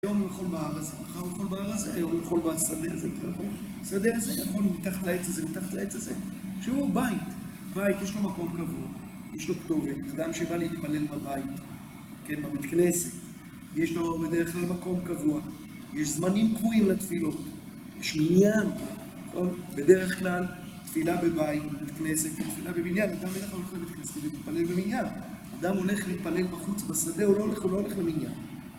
היום הוא יכול בהר הזה, מחר הוא יכול בהר הזה, היום הוא יכול בשדה הזה, בשדה הזה, יכול מתחת לעץ הזה, מתחת לעץ הזה, שהוא בית, יש לו מקום קבוע, יש לו כתובת, אדם שבא להתפלל בבית, בבית-כנסת, יש לו בדרך כלל מקום קבוע, יש זמנים קבועים לתפילות, יש מניין, בדרך כלל תפילה בבית, בבית כנסת, היא תפילה במניין, אדם הולך לביתכנסת להתפלל במניין, אדם הולך להתפלל בחוץ, בשדה, הוא לא הולך למניין.